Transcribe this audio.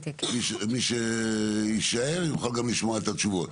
מי שיישאר יוכל גם לשמוע את התשובות.